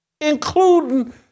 including